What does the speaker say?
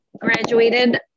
graduated